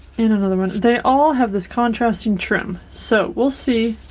and another one. they all have this contrasting trim so we'll see,